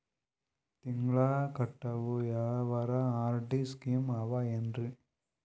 ತಿಂಗಳ ಕಟ್ಟವು ಯಾವರ ಆರ್.ಡಿ ಸ್ಕೀಮ ಆವ ಏನ್ರಿ?